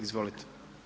Izvolite.